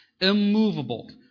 immovable